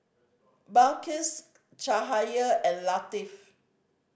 Balqis Cahaya and Latif